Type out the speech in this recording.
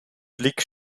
blick